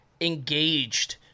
engaged